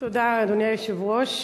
אדוני היושב-ראש,